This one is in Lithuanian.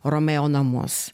romeo namus